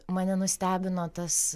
mane nustebino tas